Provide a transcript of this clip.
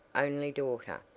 only daughter.